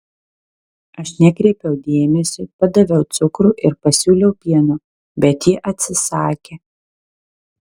aš nekreipiau dėmesio padaviau cukrų ir pasiūliau pieno bet ji atsisakė